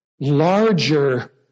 larger